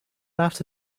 after